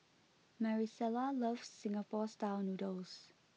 Marisela loves Singapore's style noodles